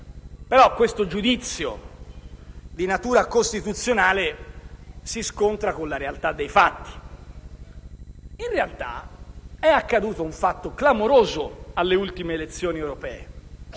però questo giudizio di natura costituzionale si scontra con la realtà dei fatti. In realtà, è accaduto un fatto clamoroso alle ultime elezioni europee,